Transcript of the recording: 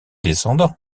descendants